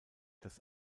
das